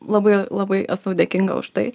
labai labai esu dėkinga už tai